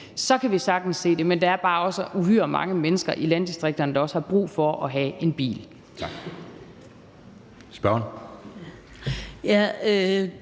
kan vi sagtens se det. Men der er bare også uhyre mange mennesker i landdistrikterne, der har brug for at have en bil.